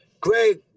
Greg